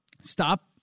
stop